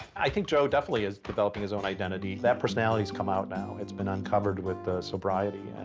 i think joe definitely is developing his own identity. that personality's come out now. it's been uncovered with sobriety,